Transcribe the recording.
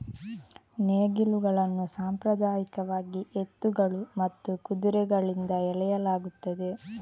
ನೇಗಿಲುಗಳನ್ನು ಸಾಂಪ್ರದಾಯಿಕವಾಗಿ ಎತ್ತುಗಳು ಮತ್ತು ಕುದುರೆಗಳಿಂದ ಎಳೆಯಲಾಗುತ್ತದೆ